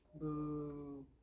Boo